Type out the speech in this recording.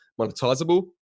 monetizable